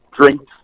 drinks